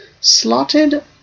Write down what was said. slotted